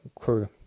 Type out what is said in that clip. crew